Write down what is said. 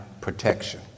protection